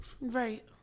Right